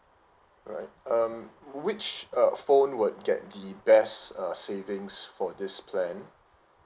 alright um which err phone would get the best uh savings for this plan